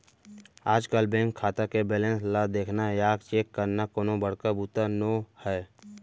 आजकल बेंक खाता के बेलेंस ल देखना या चेक करना कोनो बड़का बूता नो हैय